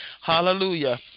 Hallelujah